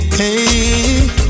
hey